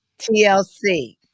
TLC